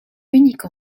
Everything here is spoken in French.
unique